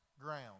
ground